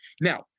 Now